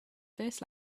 first